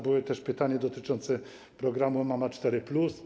Były też pytania dotyczące programu „Mama 4+”